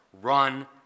run